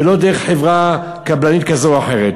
ולא דרך חברה קבלנית כזאת או אחרת.